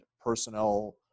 personnel